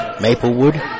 Maplewood